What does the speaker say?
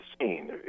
scene